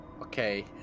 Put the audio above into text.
Okay